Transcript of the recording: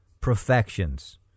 perfections